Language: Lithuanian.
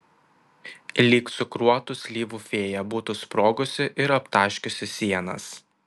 lyg cukruotų slyvų fėja būtų sprogusi ir aptaškiusi sienas